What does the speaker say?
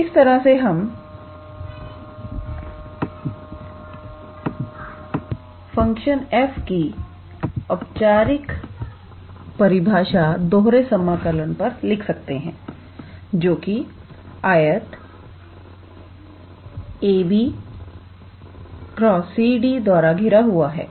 तो इस तरह से हम फंक्शन f के दोहरे समाकलन की औपचारिक परिभाषा लिख सकते हैं जो की आयत 𝑎 𝑏 × 𝑐 𝑑 द्वारा घिरा हुआ है